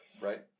right